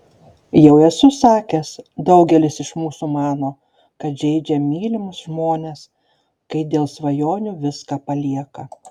jau esu sakęs daugelis iš mūsų mano kad žeidžia mylimus žmones kai dėl svajonių viską palieka